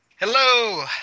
Hello